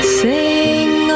sing